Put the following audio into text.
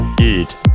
Eat